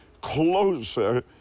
Closer